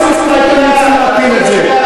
בואו נבטל העלאת מסים ואתם רוצים להפיל את זה.